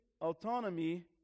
autonomy